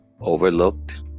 Overlooked